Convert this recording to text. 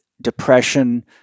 depression